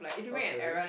okay